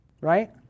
Right